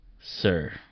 Sir